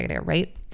Right